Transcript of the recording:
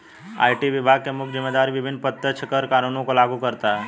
IT विभाग की मुख्य जिम्मेदारी विभिन्न प्रत्यक्ष कर कानूनों को लागू करता है